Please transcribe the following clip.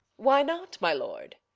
why not, my lord?